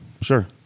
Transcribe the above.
sure